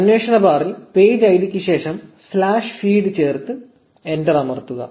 അന്വേഷണ ബാറിൽ പേജ് ഐഡിക്ക് ശേഷം slash feed സ്ലാഷ് ഫീഡ് ചേർത്ത് എന്റർ അമർത്തുക